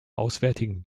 auswärtigen